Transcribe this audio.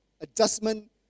adjustment